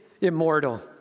immortal